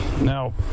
now